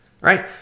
right